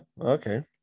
Okay